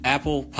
Apple